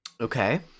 Okay